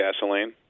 gasoline